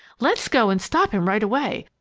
let's go and stop him right away,